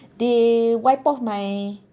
they wiped off my